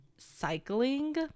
Cycling